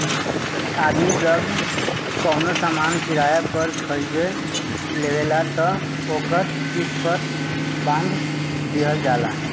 आदमी जब कवनो सामान किराया पर खरीद लेवेला त ओकर किस्त पर बांध दिहल जाला